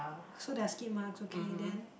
so there are skid marks okay then